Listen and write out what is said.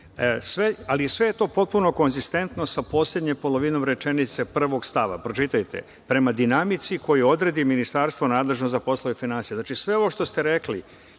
ali sve je to potpuno konzistentno sa poslednjom polovinom rečenice prvog stava. Pročitajte – prema dinamici koju odredi ministarstvo nadležno za poslove finansija. Znači, sve ovo što ste rekli